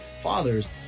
fathers